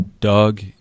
Doug